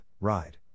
Ride